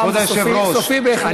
הפעם זה סופי, סופי בהחלט.